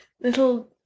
little